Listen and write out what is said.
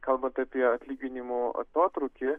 kalbant apie atlyginimų atotrūkį